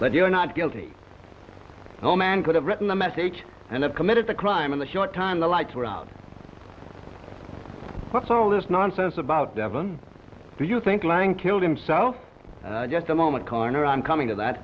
but you're not guilty no man could have written the message and committed the crime in the short time the lights were out what's all this nonsense about devon do you think lang killed himself just a moment corner i'm coming to that